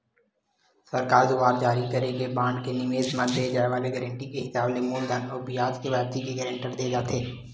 सरकार दुवार जारी करे के बांड के निवेस म दे जाय वाले गारंटी के हिसाब ले मूलधन अउ बियाज के वापसी के गांरटी देय जाथे